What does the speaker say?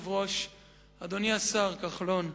הכול אמור להתכנס עד,